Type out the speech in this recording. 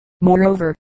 moreover